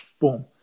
boom